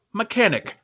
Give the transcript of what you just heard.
mechanic